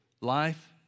life